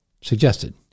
suggested